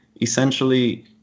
essentially